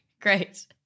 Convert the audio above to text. Great